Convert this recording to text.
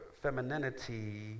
femininity